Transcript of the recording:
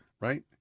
Right